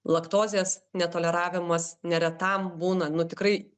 laktozės netoleravimas neretam būna nu tikrai